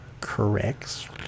corrects